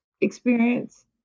experience